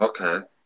okay